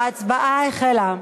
ההצבעה החלה.